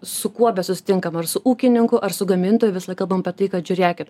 su kuo besusitinkam ar su ūkininku ar su gamintoju vis kalbam apie tai kad žiūrėkit